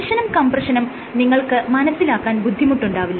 ടെൻഷനും കംപ്രഷനും നിങ്ങൾക്ക് മനസ്സിലാക്കാൻ ബുദ്ധിമുട്ടുണ്ടാവില്ല